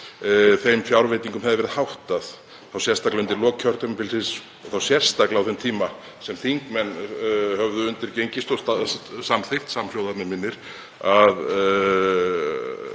þeim fjárveitingum hefði verið háttað, þá sérstaklega undir lok kjörtímabilsins og þá sérstaklega á þeim tíma sem þingmenn höfðu undirgengist og samþykkt samhljóða, að mig minnir, að